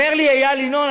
אומר לי איל ינון,